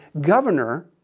governor